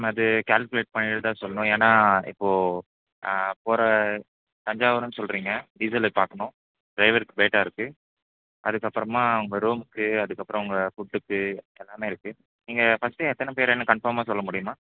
அது கேல்குலேட் பண்ணிட்டுதான் சொல்லணும் ஏன்னா இப்போது போகிற தஞ்சாவூர்ன்னு சொல்கிறீங்க டீசலு பார்க்கணும் டிரைவருக்கு பேட்டா இருக்குது அதுக்கப்புறமா உங்கள் ரூமுக்கு அதுக்கப்புறம் உங்கள் ஃபுட்டுக்கு எல்லாமே இருக்குது நீங்கள் ஃபஸ்ட்டு எத்தனை பேருன்னு கன்ஃபார்மாக சொல்ல முடியுமா